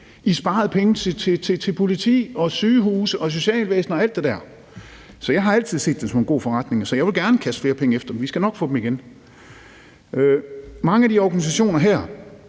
i sparede penge til politi, sygehuse, socialvæsen og alt det der, så jeg har altid set det som en god forretning. Så jeg vil gerne kaste flere penge efter det. Vi skal nok få dem igen. Mange af de her organisationer hopper